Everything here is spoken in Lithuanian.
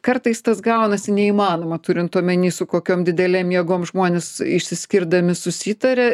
kartais tas gaunasi neįmanoma turint omeny su kokiom didelėm jėgom žmonės išsiskirdami susitaria